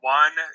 one